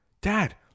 Dad